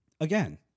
Again